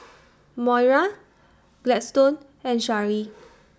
Moira Gladstone and Shari